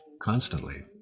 constantly